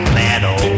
metal